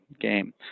game